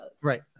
Right